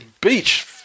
Beach